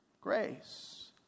grace